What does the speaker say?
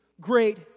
great